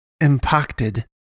impacted